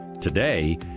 Today